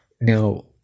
Now